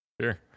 sure